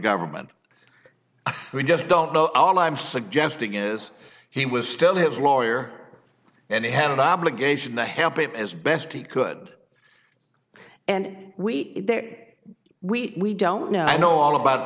government we just don't know all i'm suggesting is he was still his lawyer and he had an obligation to help it as best he could and we we don't know i know all about